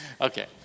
Okay